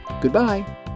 Goodbye